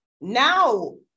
now